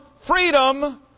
freedom